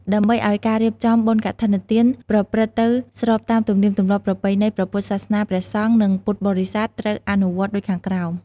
ដើម្បីឱ្យការរៀបចំ បុណ្យកឋិនទាន ប្រព្រឹត្តទៅស្របតាមទំនៀមទម្លាប់ប្រពៃណីព្រះពុទ្ធសាសនាព្រះសង្ឃ និងពុទ្ធបរិស័ទ ត្រូវអនុវត្តដូចខាងក្រោម។